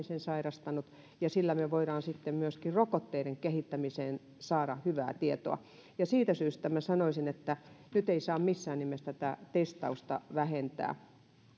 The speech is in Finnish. sen sairastanut ja sillä me voimme sitten myöskin rokotteiden kehittämiseen saada hyvää tietoa siitä syystä sanoisin että nyt ei saa missään nimessä testausta vähentää